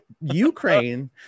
ukraine